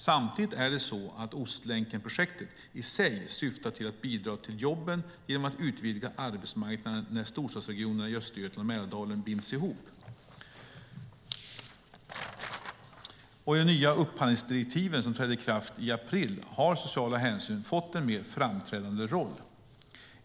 Samtidigt är det så att Ostlänkenprojektet i sig syftar till att bidra till jobben genom att utvidga arbetsmarknaderna när storstadsregionerna i Östergötland och Mälardalen binds ihop. I de nya upphandlingsdirektiven, som trädde i kraft i april, har sociala hänsyn fått en mer framträdande roll.